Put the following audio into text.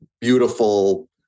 beautiful